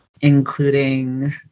including